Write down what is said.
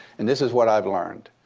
and this is what i've learned.